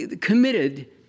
committed